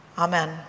Amen